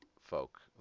folk